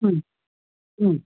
उम उम